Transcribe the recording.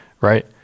Right